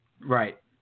Right